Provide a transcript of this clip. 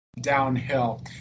downhill